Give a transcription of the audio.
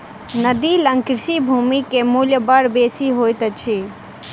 नदी लग कृषि भूमि के मूल्य बड़ बेसी होइत अछि